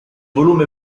volume